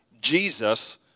Jesus